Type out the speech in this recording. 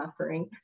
offering